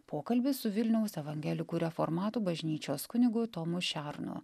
pokalbis su vilniaus evangelikų reformatų bažnyčios kunigu tomu šernu